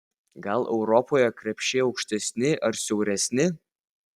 gal europoje krepšiai aukštesni ar siauresni